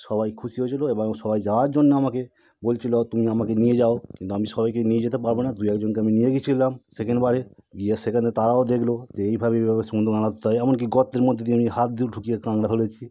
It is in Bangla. সবাই খুশি হয়েছিলো এবং সবাই যাওয়ার জন্য আমাকে বলছিলো তুমি আমাকে নিয়ে যাও কিন্তু আমি সবাইকে নিয়ে যেতে পারবো না দু একজনকে আমি নিয়ে গিয়েছিলাম সেখানবারে গিয়ে সেখানে তারাও দেখলো যে এইভাবে এইভাবে সমুদ্রে মাছ ধরতে হয় এমনকি গর্তের মধ্যে দিয়ে আমি হাত ঢুকিয়ে কাঁংড়া ধরেছি